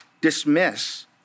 dismiss